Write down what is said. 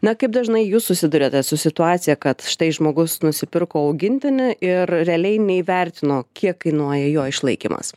na kaip dažnai jūs susiduriate su situacija kad štai žmogus nusipirko augintinį ir realiai neįvertino kiek kainuoja jo išlaikymas